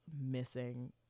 missing